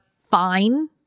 fine